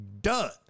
done